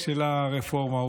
של הרפורמה.